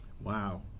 Wow